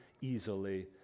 easily